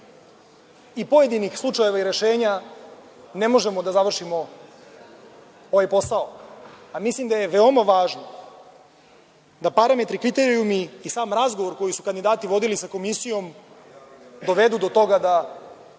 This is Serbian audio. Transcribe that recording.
i pojedinih slučajeva i rešenja ne možemo da završimo ovaj posao. Mislim da je veoma važno da parametri i kriterijumi i sam razgovor koji su kandidati vodili sa komisijom dovedu do toga da